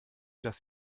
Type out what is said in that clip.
dass